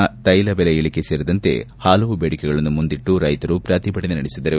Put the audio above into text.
ತ್ನೆಲಬೆಲೆ ಇಳಕೆ ಸೇರಿದಂತೆ ಹಲವು ಬೇಡಿಕೆಗಳನ್ನು ಮುಂದಿಟ್ಲು ರೈತರು ಪ್ರತಿಭಟನೆ ನಡೆಸಿದರು